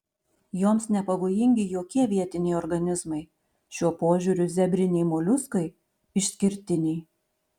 joms nepavojingi jokie vietiniai organizmai šiuo požiūriu zebriniai moliuskai išskirtiniai